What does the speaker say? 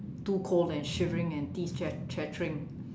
too cold and shivering and teeth chat~ chattering